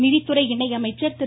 நிதித்துறை இணை அமைச்சர் திரு